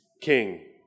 King